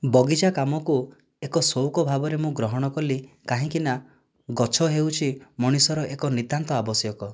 ବଗିଚା କାମକୁ ଏକ ସଉକ ଭାବରେ ମୁଁ ଗ୍ରହଣ କଲି କାହିଁକି ନା ଗଛ ହେଉଛି ମଣିଷର ଏକ ନିତ୍ୟାନ୍ତ ଆବଶ୍ୟକ